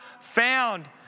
found